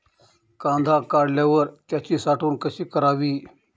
कांदा काढल्यावर त्याची साठवण कशी करावी?